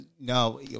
no